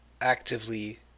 actively